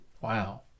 Wow